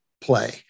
play